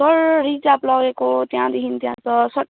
sir reserve लगेको त्यहाँदेखि त्यहाँ त सर